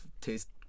taste